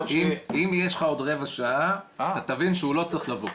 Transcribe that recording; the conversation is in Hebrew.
אם יש לך עוד רבע שעה אתה תבין שהוא לא צריך לבוא.